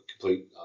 complete